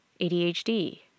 ADHD